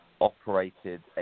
operated